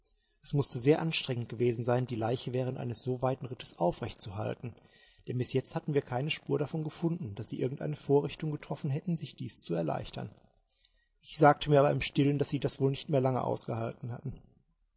es mußte sehr anstrengend gewesen sein die leiche während eines so weiten rittes aufrecht zu halten denn bis jetzt hatten wir keine spur davon gefunden daß sie irgend eine vorrichtung getroffen hätten sich dies zu erleichtern ich sagte mir aber im stillen daß sie das wohl nicht mehr lange ausgehalten hatten